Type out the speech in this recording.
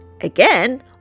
again